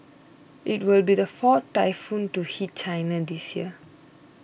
it will be the fourth typhoon to hit China this year